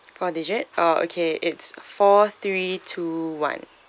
four digit oh okay it's four three two one